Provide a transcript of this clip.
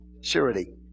surety